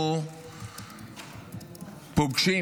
מורכבת,